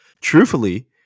truthfully